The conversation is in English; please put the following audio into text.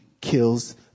kills